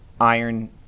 iron